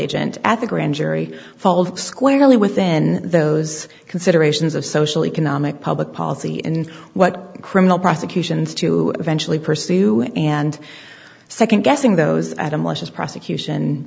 agent at the grand jury fall squarely within those considerations of social economic public policy and what criminal prosecutions to eventually pursue and second guessing those adam washes prosecution